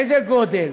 איזה גודל,